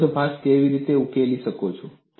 વિરોધાભાસ કેવી રીતે ઉકેલી શકાય